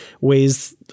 weighs